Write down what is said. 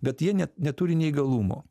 bet jie net neturi neįgalumo